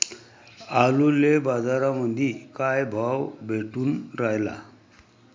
आलूले बाजारामंदी काय भाव भेटून रायला?